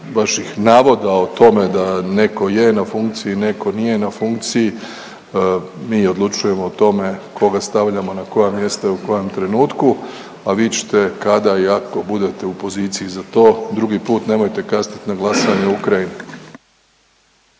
vaših navoda o tome da neko je na funkciji, neko nije na funkciji, mi odlučujemo o tome koga stavljamo na koja mjesta i u kojem trenutku, a vi ćete kada i ako budete u poziciji za to, drugi put nemojte kasnit na glasanje o Ukrajini.